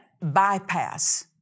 bypass